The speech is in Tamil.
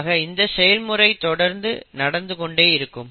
ஆக இந்த செயல்முறை தொடர்ந்து நடந்து கொண்டே இருக்கும்